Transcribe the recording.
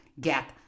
get